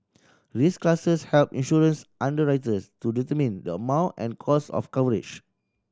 risk classes help insurance underwriters to determine the amount and cost of coverage